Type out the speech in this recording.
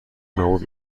نابود